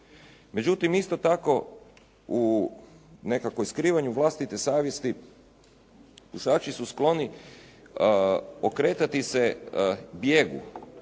Međutim isto tako, u nekakvom skrivanju vlastite savjesti pušači su skloni okretati se bijegu,